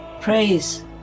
praise